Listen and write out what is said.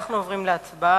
אנחנו עוברים להצבעה.